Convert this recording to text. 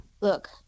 Look